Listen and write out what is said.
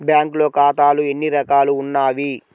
బ్యాంక్లో ఖాతాలు ఎన్ని రకాలు ఉన్నావి?